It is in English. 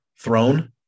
Throne